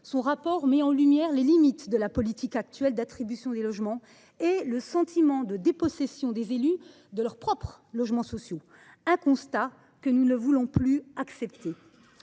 le rapport met en lumière les limites de la politique actuelle d’attribution des logements et le sentiment de dépossession des élus de leurs propres logements sociaux. Elle dresse un constat que nous ne voulons plus accepter.